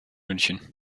münchen